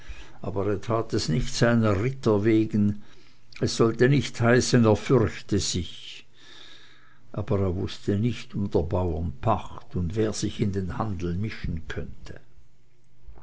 aber er tat es nicht seiner ritter wegen es sollte nicht heißen er fürchte sich aber er wußte nicht um der bauren pacht und wer sich in den handel mischen könnte